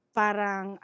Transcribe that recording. parang